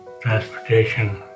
transportation